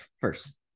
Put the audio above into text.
first